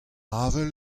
avel